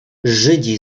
żydzi